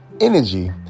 energy